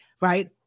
right